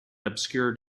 obscured